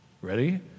ready